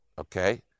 okay